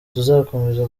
tuzakomeza